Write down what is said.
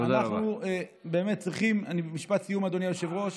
אני במשפט סיום, כבוד היושב-ראש,